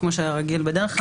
כמו בדרך כלל.